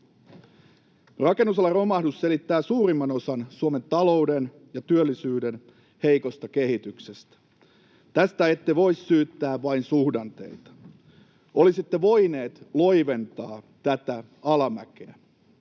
Rakennusalan romahdus selittää suurimman osan Suomen talouden ja työllisyyden heikosta kehityksestä. Tästä ette voi syyttää vain suhdanteita. Olisitte voineet loiventaa tätä alamäkeä.